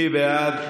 מי בעד?